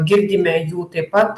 girdime jų taip pat